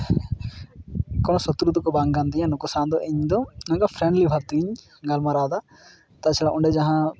ᱠᱚᱱᱳ ᱥᱚᱛᱨᱩ ᱫᱚᱠᱚ ᱵᱟᱝ ᱠᱟᱱ ᱛᱤᱧᱟᱹ ᱱᱩᱠᱩ ᱥᱟᱝ ᱫᱚ ᱤᱧ ᱫᱚ ᱱᱚᱝᱠᱟ ᱯᱷᱨᱮᱱᱰᱞᱤ ᱵᱷᱟᱵ ᱛᱮᱜᱤᱧ ᱜᱟᱞᱢᱟᱨᱟᱣᱫᱟ ᱛᱟᱪᱷᱟᱲᱟ ᱚᱸᱰᱮ ᱡᱟᱦᱟᱸ